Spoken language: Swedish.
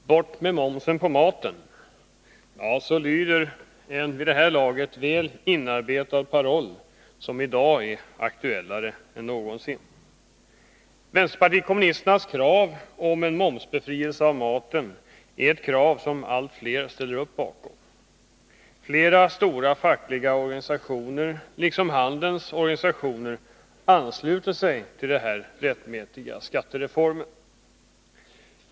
Herr talman! ”Bort med momsen på maten.” Så lyder en vid det här laget väl inarbetad paroll, som i dag är aktuellare än någonsin. Vänsterpartiet kommunisternas krav om en momsbefrielse när det gäller maten är ett krav som allt fler ställer sig bakom. Flera stora fackliga organisationer liksom handelns organisationer ansluter sig till denna rättmätiga skattereform.